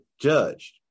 judged